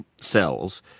cells